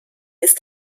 ist